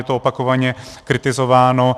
Je to opakovaně kritizováno.